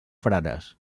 frares